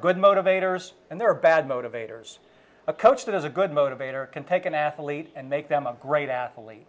good motivators and there are bad motivators a coach that is a good motivator can pick an athlete and make them a great athlete